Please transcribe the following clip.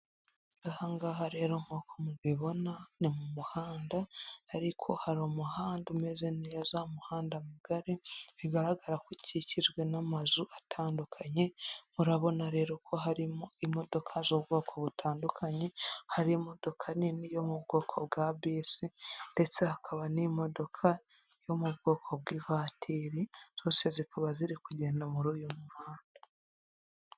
Aha ngaha rero nk'uko mubibona ni mu muhanda ariko hari umuhanda umeze neza, umuhanda mugari bigaragara ko ukikijwe n'amazu atandukanye, murabona rero ko harimo imodoka z'ubwoko butandukanye, hari imodoka nini yo mu bwoko bwa bisi ndetse hakaba n'imodoka yo mu bwoko bw'ivatiri zose zikaba ziri kugenda muri uyu muhanda.